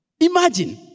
imagine